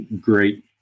great